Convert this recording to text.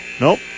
Nope